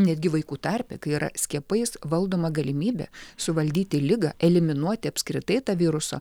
netgi vaikų tarpe kai yra skiepais valdoma galimybė suvaldyti ligą eliminuoti apskritai tą virusą